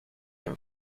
een